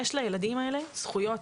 יש לילדים האלה זכויות,